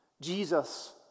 Jesus